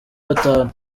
batanu